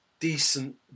Decent